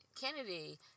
Kennedy